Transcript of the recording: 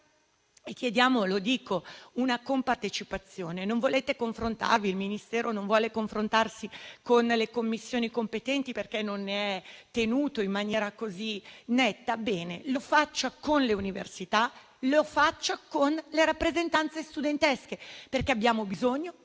chiarezza e una compartecipazione. Non volete confrontarvi? Il Ministero non vuole confrontarsi con le Commissioni competenti perché non è tenuto in maniera così netta? Bene: lo faccia con le università e con le rappresentanze studentesche. Abbiamo bisogno